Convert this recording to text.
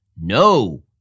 No